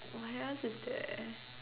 what else is there